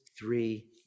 Three